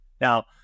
Now